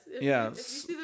Yes